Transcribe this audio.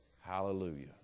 Hallelujah